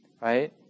right